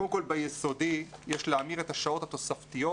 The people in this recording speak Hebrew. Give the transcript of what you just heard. קודם כל ביסודי, יש להעמיד את השעות התוספתיות